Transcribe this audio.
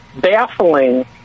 baffling